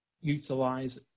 utilize